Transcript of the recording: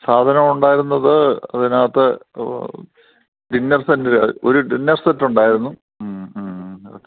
സാധനം ഉണ്ടായിരുന്നത് അതിനകത്ത് ഡിന്നർ സെൻ്റ് ഒരു ഡിന്നർ സെറ്റുണ്ടായിരുന്നു